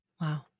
Wow